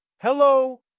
Hello